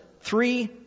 three